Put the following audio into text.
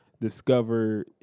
discover